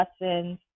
lessons